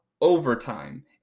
overtime